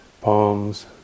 palms